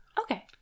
okay